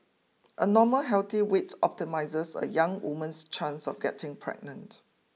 a normal healthy weight optimises a young woman's chance of getting pregnant